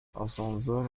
آسانسور